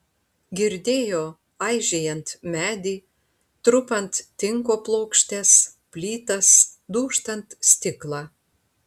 girdėjo aižėjant medį trupant tinko plokštes plytas dūžtant stiklą